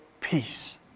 peace